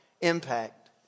impact